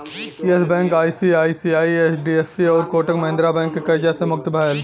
yes Bank ICICI, HDFC आउर Kotak Mahindra Bank के कर्जा से मुक्त भयल